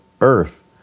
earth